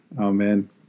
Amen